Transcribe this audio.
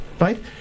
Right